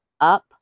up